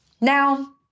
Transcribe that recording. Now